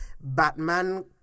Batman